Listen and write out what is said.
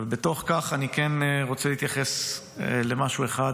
אבל, בתוך כך אני כן רוצה להתייחס למשהו אחד